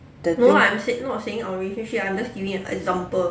the